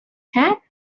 had